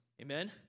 Amen